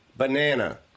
Banana